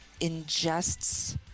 ingests